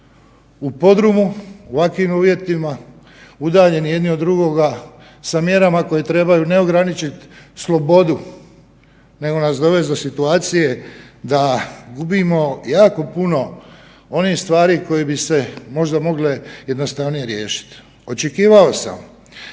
U podrumu, u ovakvim uvjetima, udaljeni jedni od drugoga sa mjerama koje trebaju ne ograničiti slobodu, nego nas dovesti do situacije da gubimo jako puno onih stvari koje bi se možda mogle jednostavnije riješiti. Očekivao sam